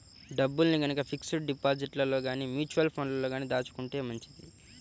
డబ్బుల్ని గనక ఫిక్స్డ్ డిపాజిట్లలో గానీ, మ్యూచువల్ ఫండ్లలో గానీ దాచుకుంటే మంచిది